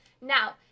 Now